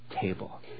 table